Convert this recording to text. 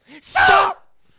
Stop